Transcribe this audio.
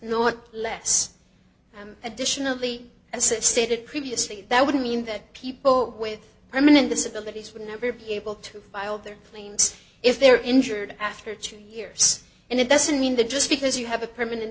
nor less additionally as stated previously that would mean that people with herman and disability would never be able to buy all their claims if they're injured after two years and it doesn't mean that just because you have a permanent